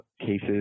cases